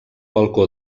balcó